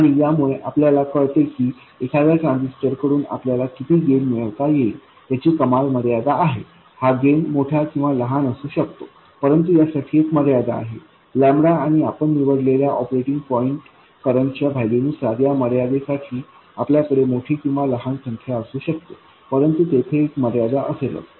आणि यामुळे आपल्याला कळते की एखाद्या ट्रान्झिस्टर कडून आपल्याला किती गेन मिळवता येईल याची कमाल मर्यादा आहे हा गेन मोठा किंवा लहान असू शकतो परंतु यासाठी एक मर्यादा आहे आणि आपण निवडलेल्या ऑपरेटिंग पॉईंट करंट च्या व्हॅल्यूनुसार या मर्यादेसाठी आपल्याकडे मोठी किंवा लहान संख्या असू शकते परंतु तेथे एक मर्यादा असेलच